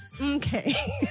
okay